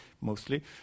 mostly